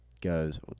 goes